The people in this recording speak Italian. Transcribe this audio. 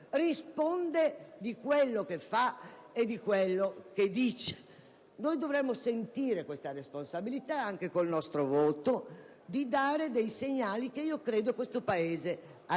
risponde di quello che fa e di quello che dice. Noi dovremmo sentire questa responsabilità, anche con il nostro voto, di dare dei segnali che io credo il nostro Paese